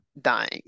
dying